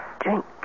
Drink